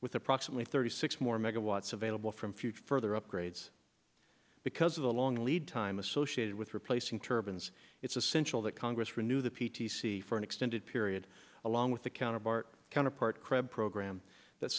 with approximately thirty six more megawatts available from future further upgrades because of the long lead time associated with replacing turbans it's essential that congress renew the p t c for an extended period along with the counterpart counterpart crab program that